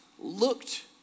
looked